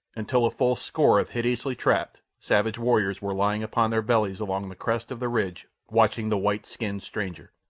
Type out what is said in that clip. until a full score of hideously trapped, savage warriors were lying upon their bellies along the crest of the ridge watching the white-skinned stranger.